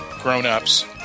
grown-ups